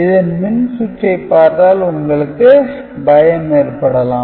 இதன் மின் சுற்றைப் பார்த்தால் உங்களுக்கு பயம் ஏற்படலாம்